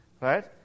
right